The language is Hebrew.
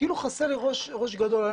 חסר לי ראש גדול.